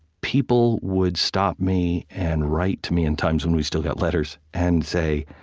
people would stop me and write to me in times when we still got letters and say,